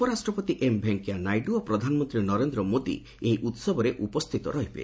ଉପରାଷ୍ଟ୍ରପତି ଏମ୍ ଭେଙ୍କୟା ନାଇଡୁ ଓ ପ୍ରଧାନମନ୍ତ୍ରୀ ନରେନ୍ଦ୍ର ମୋଦି ଏହି ଉତ୍ସବରେ ଉପସ୍ଥିତ ରହିବେ